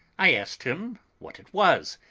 i asked him what it was,